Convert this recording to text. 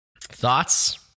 Thoughts